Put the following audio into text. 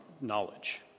knowledge